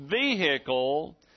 vehicle